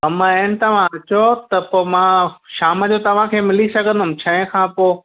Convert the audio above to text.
कम आहिनि तव्हां अचो त पोइ मां शाम जो तव्हां खे मिली सघंदुमि छहें खां पोइ